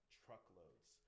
truckloads